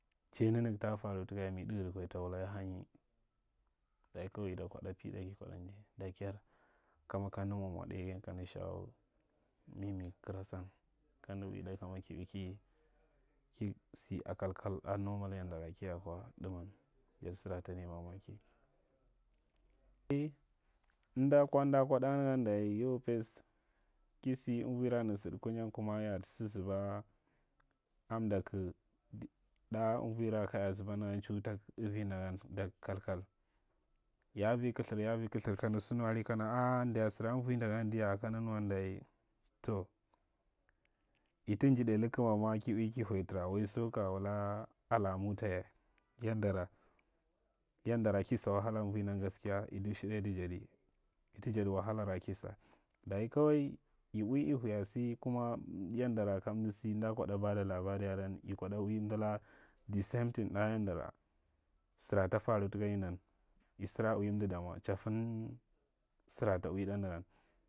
Mchi nanaga ta fara taka ya, mi ɗahadi kwa ita wula ya hanyi dayi kowai ita kwaɗa pi ɗai ki kwaɗda nja. Daker kama amda mwa mwa ɗaigan kamda shawa mimi kara san. Kamda uwi ɗai kama ki ui ki sa a kalkal ɗa nomal yandara kiya kwa daman. Jadi sara ta nai mamaki. Dai, amda kwa- amda kwa ɗ ndgan dayi yau ɗes dmuuira nar sad kunyan kuma ya a ta sa zuba a mdaku ɗa ammi r aka ya zuba dan, dau ta avida gan dak kalkal. Ya a vi kaithir ya vi kaithiri kamda sa nuwa ari kana aanda sara enuunda jan diya, kamda nuwan dayi to ata njidai lakama ma, ki ui ki hayatara, waiso ka wula alamu ta ya yandara ki sa wahala amuuindan gaskiya i dushida ita jadi lta jadi wahalara ki sa dayi kawai, i ui, i hiyasi kuma yaddara kamda sa amda kwaa wi amdalaka the samething da yandara sara ta fam taka yi ndan asara ui duda damwa chafen sha ta ui ɗa nda gan.